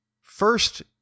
first